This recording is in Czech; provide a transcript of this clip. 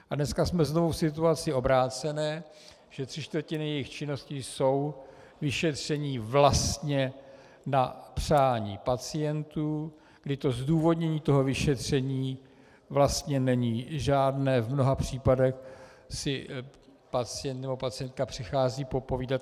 A dneska jsme znovu v situaci obrácené, že tři čtvrtiny jejich činnosti jsou vyšetření vlastně na přání pacientů, kdy zdůvodnění toho vyšetření vlastně není žádné, v mnoha případech si pacient nebo pacientka přichází popovídat.